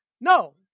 No